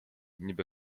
niby